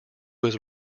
was